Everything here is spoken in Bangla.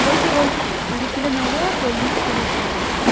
ওই তো বলছি কুড়ি কিলো নেব চল্লিশ করে হবে দেখুন